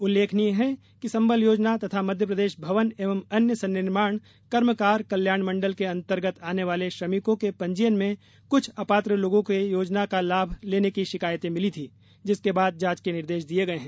उल्लेखनीय है कि संबल योजना तथा मध्यप्रदेश भवन एवं अन्य संनिर्माण कर्मकार कल्याण मंडल के अंतर्गत आने वाले श्रमिकों के पंजीयन में कुछ अपात्र लोगों के योजना का लाभ लेने की शिकायतें मिली थीं जिसके बाद जांच के निर्देश दिए गए हैं